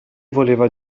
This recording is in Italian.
voleva